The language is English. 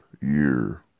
year